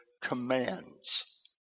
commands